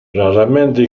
raramente